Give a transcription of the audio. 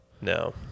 No